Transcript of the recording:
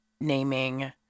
naming